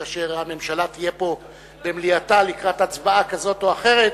כאשר הממשלה תהיה פה במליאתה לקראת הצבעה כזאת או אחרת,